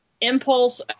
impulse